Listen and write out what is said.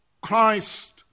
Christ